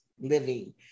living